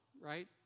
right